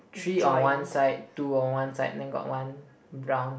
three on one side two on one side then got one brown